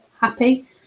happy